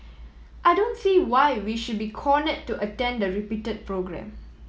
I don't see why we should be corner to attend the repeated programme